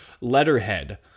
letterhead